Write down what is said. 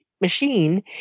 machine